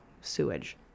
sewage